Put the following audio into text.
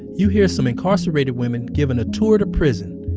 you hear some incarcerated women giving a tour of prison.